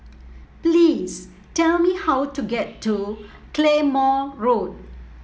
please tell me how to get to Claymore Road